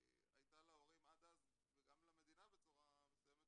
הייתה להורים עד אז וגם למדינה בצורה מסוימת,